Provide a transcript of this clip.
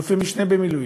אלופי-משנה במילואים.